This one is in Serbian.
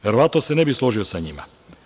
Verovatno se ne bih složio sa njima.